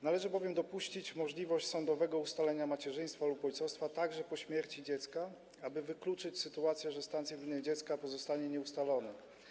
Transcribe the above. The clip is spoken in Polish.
Należy bowiem dopuścić możliwość sądowego ustalenia macierzyństwa lub ojcostwa także po śmierci dziecka, aby wykluczyć sytuację, w której stan cywilny dziecka pozostanie nieustalony.